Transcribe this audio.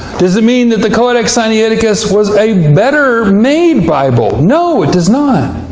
does it mean that the codex sinaiticus was a better made bible? no, it does not.